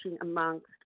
amongst